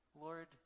Lord